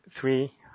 three